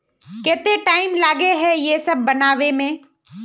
केते टाइम लगे है ये सब बनावे में?